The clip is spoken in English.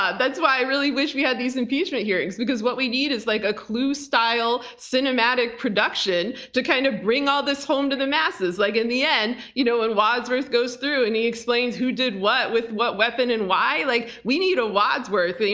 ah that's why i really wish we had these impeachment hearings, because what we need is like a clue-style, cinematic production to kind of bring all this home to the masses. like in the end when you know and wadsworth goes through and he explains who did what with what weapon and why. like we need a wadsworth.